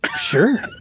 Sure